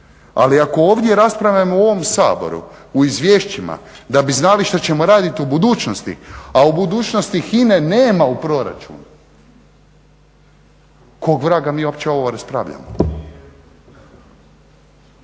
Ali ako ovdje raspravljamo u ovom Saboru o izvješćima da bi znali što ćemo raditi u budućnosti, a u budućnosti HINA-e nema u proračunu kog vraga mi uopće ovo raspravljamo.